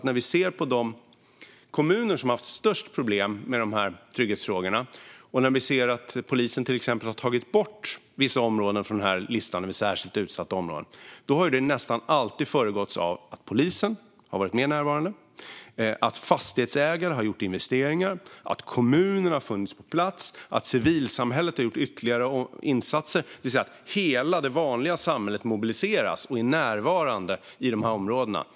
När vi ser att polisen har tagit bort vissa områden från listan över särskilt utsatta områden i kommuner som har haft störst problem med trygghetsfrågorna har det nästan alltid föregåtts av att polisen har varit mer närvarande, att fastighetsägare har gjort investeringar, att kommunen har funnits på plats och att civilsamhället har gjort ytterligare insatser. Det vill säga, hela det vanliga samhället mobiliseras och är närvarande i de här områdena.